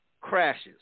crashes